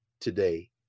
today